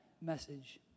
message